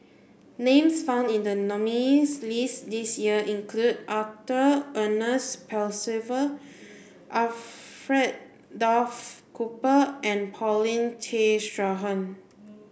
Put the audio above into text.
names found in the nominees' list this year include Arthur Ernest Percival Alfred Duff Cooper and Paulin Tay Straughan